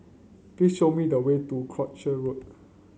please show me the way to Croucher Road